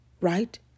right